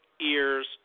ears